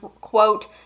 quote